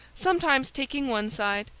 sometimes taking one side,